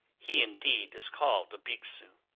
he indeed is called a bhikshu.